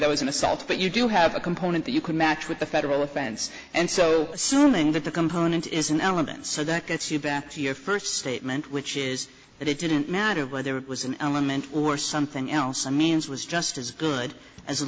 that was an assault but you do have a component that you can match with a federal offense and so assuming that the component is an element so that gets you back to your first statement which is that it didn't matter whether it was an element or something else a man's was just as good as